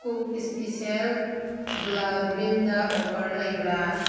cook special ꯒꯨꯂꯥꯜ grinder offer ꯂꯩꯕ꯭ꯔꯥ